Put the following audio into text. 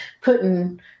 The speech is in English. putting